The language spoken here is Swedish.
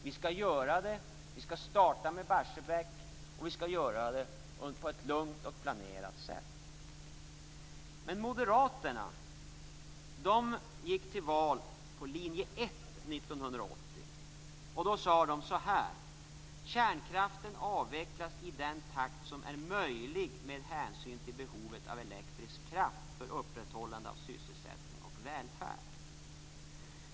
Vi skall göra det, vi skall starta med Barsebäck och vi skall göra det på ett lugnt och planerat sätt. Moderaterna gick till val på linje 1 år 1980. Då sade de så här: Kärnkraften avvecklas i den takt som är möjlig med hänsyn till behovet av elektrisk kraft för upprätthållande av sysselsättning och välfärd.